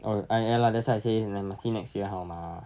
oh I ya lah that's why I say me~ must see next year how mah